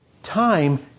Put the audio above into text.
Time